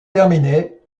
terminée